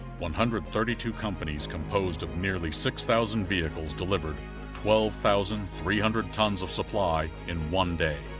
one-hundred thirty-two companies composed of nearly six-thousand vehicles delivered twelve-thousand three-hundred tons of supply in one day.